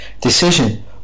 decision